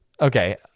Okay